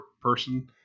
person